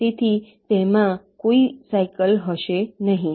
તેથી તેમાં પણ કોઈ સાઇકલ હશે નહીં